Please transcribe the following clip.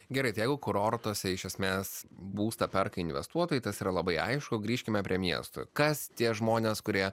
gerai tai jeigu kurortuose iš esmės būstą perka investuotojai tas yra labai aišku grįžkime prie miesto kas tie žmonės kurie